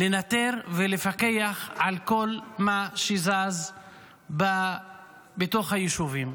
לנטר ולפקח על כל מה שזז בתוך היישובים.